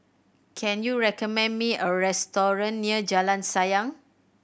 can you recommend me a restaurant near Jalan Sayang